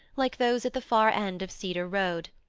like those at the far end of cedar road.